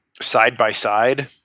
side-by-side